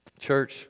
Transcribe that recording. Church